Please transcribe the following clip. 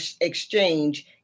exchange